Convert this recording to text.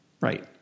right